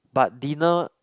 but dinner